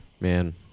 Man